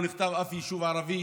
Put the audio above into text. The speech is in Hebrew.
לא נפתר אף יישוב ערבי,